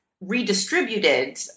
redistributed